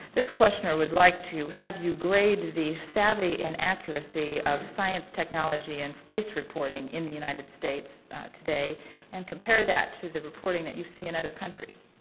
this questioner would like to have you grade the savvy and accuracy of science technology and space reporting in the united states today and compare that to the reporting that you see in other countries.